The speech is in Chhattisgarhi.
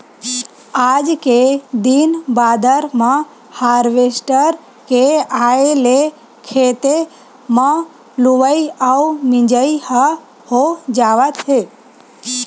आज के दिन बादर म हारवेस्टर के आए ले खेते म लुवई अउ मिजई ह हो जावत हे